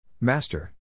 Master